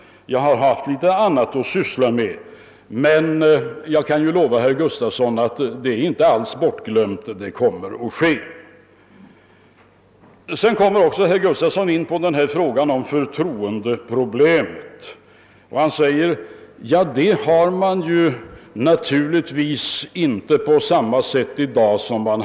Jag har haft en del annat att ägna mig åt. Jag kan emellertid lova herr Gustafson att utfästelsen inte är bortglömd. Vidare går herr Gustafson in på förtroendeproblemet. Han menade att förtroendet inte är detsamma i dag som tidigare.